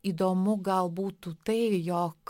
įdomu gal būtų tai jog